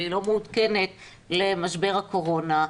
והיא לא מעודכנת למשבר הקורונה,